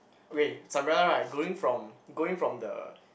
okay is umbrella right going from going from the